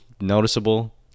noticeable